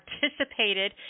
participated